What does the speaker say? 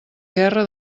guerra